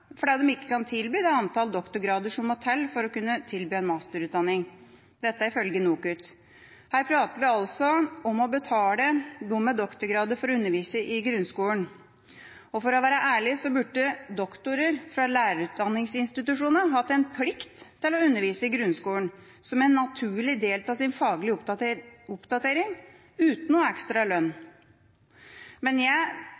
fordi de ikke kan tilby det antall doktorgrader som må til for å kunne tilby en masterutdanning – dette ifølge NOKUT. Her prater vi altså om å betale dem med doktorgrad for å undervise i grunnskolen. For å være ærlig burde doktorer fra lærerutdanningsinstitusjonene hatt plikt til å undervise i grunnskolen som en del av sin faglige oppdatering, uten noe ekstra